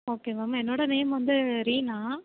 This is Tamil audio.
ஓகே மேம் என்னோடய நேம் வந்து ரீனா